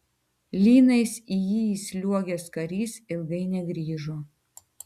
lynais į jį įsliuogęs karys ilgai negrįžo